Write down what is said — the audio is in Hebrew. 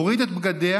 הוריד את בגדיה,